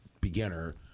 beginner